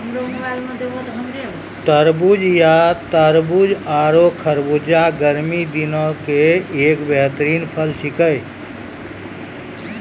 तरबूज या तारबूज आरो खरबूजा गर्मी दिनों के एक बेहतरीन फल छेकै